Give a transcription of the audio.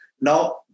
Now